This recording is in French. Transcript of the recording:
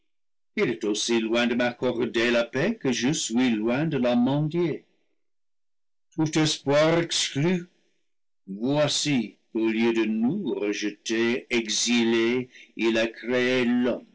il est aussi loin de m'accorder la paix que je suis loin de la mendier tout espoir exclus voici qu'au lieu de nous rejetés exilés il a créé